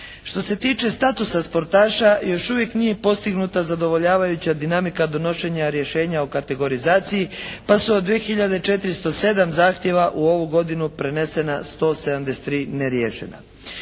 Što se tiče statusa sportaša još uvijek nije postignuta zadovoljavajuća dinamika donošenja rješenja o kategorizaciji pa su od 2 hiljade 407 zahtjeva u ovu godinu prenesa 173 neriješena.